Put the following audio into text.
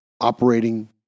operating